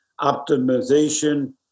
optimization